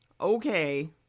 Okay